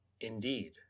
Indeed